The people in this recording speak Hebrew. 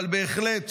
אבל בהחלט